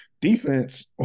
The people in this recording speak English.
defense